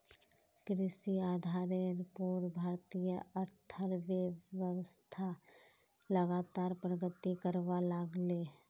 कृषि आधारेर पोर भारतीय अर्थ्वैव्स्था लगातार प्रगति करवा लागले